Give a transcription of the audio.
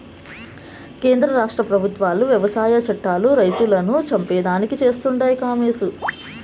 కేంద్ర రాష్ట్ర పెబుత్వాలు వ్యవసాయ చట్టాలు రైతన్నలను చంపేదానికి చేస్తండాయి కామోసు